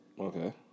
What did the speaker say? Okay